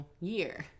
year